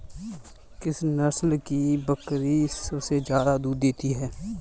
किस नस्ल की बकरी सबसे ज्यादा दूध देती है?